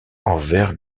envers